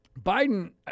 Biden